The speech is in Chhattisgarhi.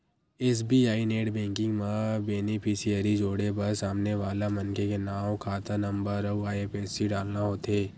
एस.बी.आई नेट बेंकिंग म बेनिफिसियरी जोड़े बर सामने वाला मनखे के नांव, खाता नंबर अउ आई.एफ.एस.सी डालना होथे